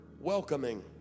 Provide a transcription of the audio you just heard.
welcoming